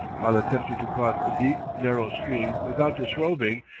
while attempting to cross a deep, narrow stream without disrobing,